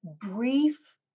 brief